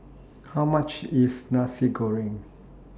How much IS Nasi Goreng